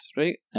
right